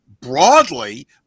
broadly